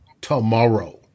Tomorrow